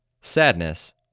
sadness